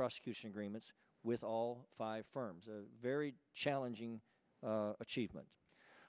prosecution agreements with all five firms very challenging achievements